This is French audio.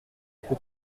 que